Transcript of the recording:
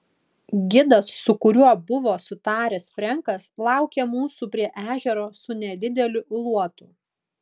gidas su kuriuo buvo sutaręs frenkas laukė mūsų prie ežero su nedideliu luotu